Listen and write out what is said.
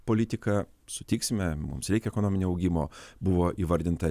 politika sutiksime mums reikia ekonominio augimo buvo įvardinta